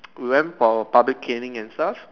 we went for public canning and stuff